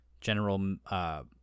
General